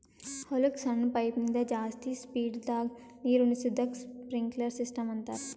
ಹೊಲಕ್ಕ್ ಸಣ್ಣ ಪೈಪಿನಿಂದ ಜಾಸ್ತಿ ಸ್ಪೀಡದಾಗ್ ನೀರುಣಿಸದಕ್ಕ್ ಸ್ಪ್ರಿನ್ಕ್ಲರ್ ಸಿಸ್ಟಮ್ ಅಂತಾರ್